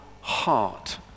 heart